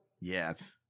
Yes